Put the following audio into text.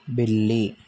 بلی